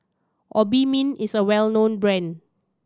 Obimin is a well known brand